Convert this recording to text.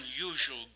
unusual